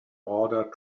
order